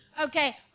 okay